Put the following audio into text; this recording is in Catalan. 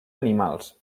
animals